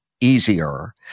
easier